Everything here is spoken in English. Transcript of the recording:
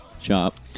Shop